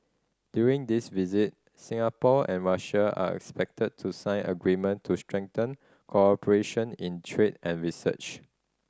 during this visit Singapore and Russia are expected to sign agreement to strengthen cooperation in trade and research